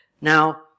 Now